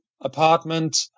apartment